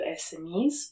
SMEs